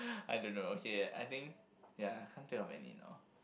I don't know okay I think ya can't think of any now